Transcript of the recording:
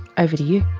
over to you.